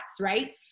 right